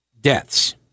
deaths